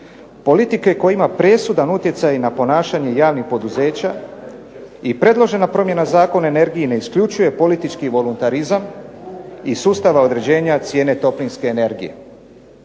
politike koja ima presudan utjecaj na ponašanje javnih poduzeća i predložena promjena Zakona o energiji ne isključuje politički volontarizam i sustava određenja cijene toplinske energije.